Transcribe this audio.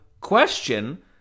question